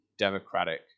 democratic